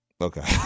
Okay